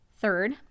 Third